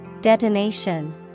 Detonation